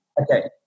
Okay